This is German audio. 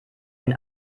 den